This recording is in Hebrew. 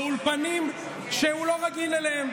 באולפנים שהוא לא רגיל אליהם.